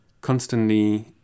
constantly